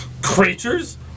Creatures